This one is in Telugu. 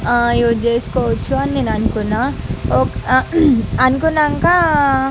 యూజ్ చేసుకోవచ్చు అని నేను అనుకున్న ఓ అనుకున్నాక